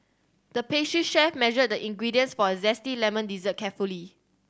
the pastry chef measured the ingredients for a zesty lemon dessert carefully